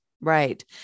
Right